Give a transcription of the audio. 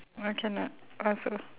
!wah! cannot I also